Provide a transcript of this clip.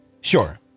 Sure